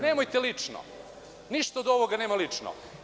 Nemojte lično, ništa od ovoga nema lično.